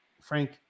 Frank